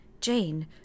Jane